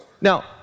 Now